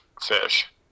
fish